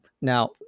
Now